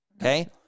okay